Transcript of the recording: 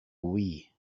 wii